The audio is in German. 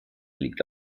liegt